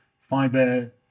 fiber